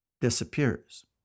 disappears